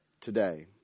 today